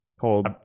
called